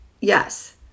Yes